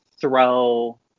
throw